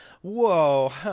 Whoa